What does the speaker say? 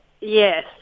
Yes